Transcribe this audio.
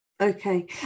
Okay